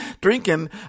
drinking